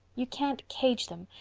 you can't cage them,